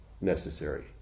necessary